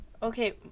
okay